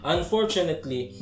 Unfortunately